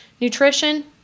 nutrition